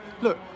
look